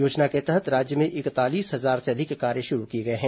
योजना के तहत राज्य में इकतालीस हजार से अधिक कार्य शुरू किए गए हैं